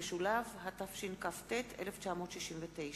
התשכ"ט 1969. תודה.